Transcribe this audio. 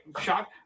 shock